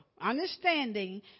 understanding